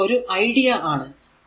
ഇത് ഒരു ഐഡിയ ആണ്